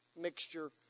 mixture